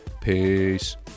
Peace